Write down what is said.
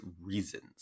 reasons